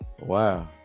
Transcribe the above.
Wow